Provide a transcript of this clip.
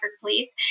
please